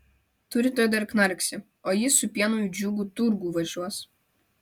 tu rytoj dar knarksi o jis su pienu į džiugų turgų važiuos